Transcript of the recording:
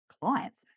clients